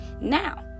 Now